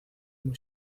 muy